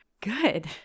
good